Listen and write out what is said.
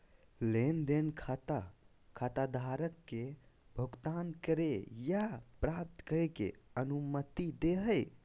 लेन देन खाता खाताधारक के भुगतान करे या प्राप्त करे के अनुमति दे हइ